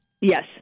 Yes